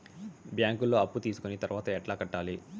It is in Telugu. బ్యాంకులో అప్పు తీసుకొని తర్వాత ఎట్లా కట్టాలి?